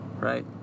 right